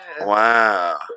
Wow